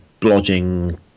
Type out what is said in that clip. blodging